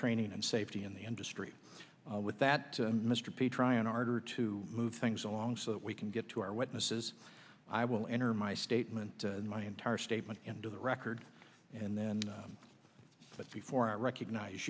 training and safety in the industry with that mr p tryon ardor to move things along so that we can get to our witnesses i will enter my statement in my entire statement into the record and then but before i recognize